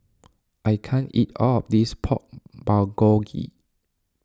I can't eat all of this Pork Bulgogi